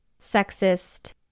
sexist